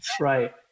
Right